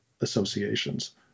associations